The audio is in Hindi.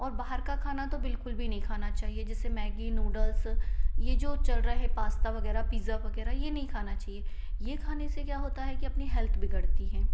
और बाहर का खाना तो बिल्कुल भी नहीं खाना चाहिए जैसे मैगी नूडल्स ये जो चल रहा है पास्ता वगैरह पीज़्ज़ा वगैरह ये नहीं खाना चाहिए ये खाने से क्या होता है कि अपनी हैल्थ बिगड़ती है